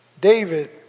David